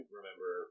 remember